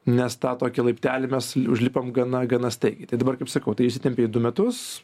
nes tą tokį laiptelį mes užlipom gana gana staigiai tai dabar kaip sakau tai išsitempė du metus